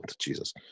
Jesus